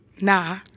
nah